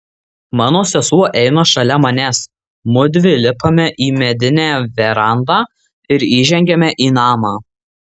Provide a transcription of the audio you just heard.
mano sesuo eina šalia manęs mudvi lipame į medinę verandą ir įžengiame į namą